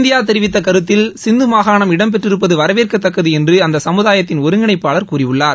India தெரிவித்த கருத்தில் சிந்து மாகாணம் இடம்பெற்றிருப்பது வரவேற்கத்தக்கது என்று அந்த சமுதாயத்தின் ஒருங்கிணைப்பாளர் கூறியுள்ளார்